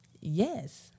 Yes